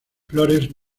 flores